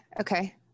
Okay